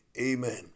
Amen